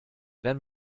wenn